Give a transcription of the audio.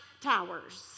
towers